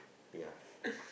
ya